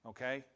Okay